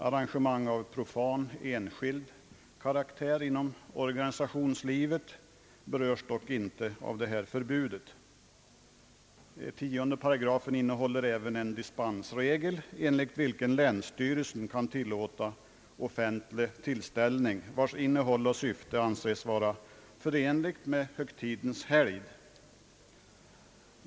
Arrangemang av profan enskild karaktär inom organisationslivet berörs dock inte av detta förbud. 10 § innehåller även en dispensregel, enligt vilken länsstyrelsen kan tillåta offentlig tillställning vars innehåll och syfte anses vara förenliga med hösgtidens helgd.